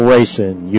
Racing